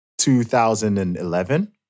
2011